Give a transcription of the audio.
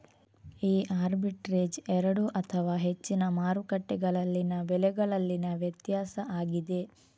ಈ ಆರ್ಬಿಟ್ರೇಜ್ ಎರಡು ಅಥವಾ ಹೆಚ್ಚಿನ ಮಾರುಕಟ್ಟೆಗಳಲ್ಲಿನ ಬೆಲೆಗಳಲ್ಲಿನ ವ್ಯತ್ಯಾಸ ಆಗಿದೆ